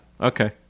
Okay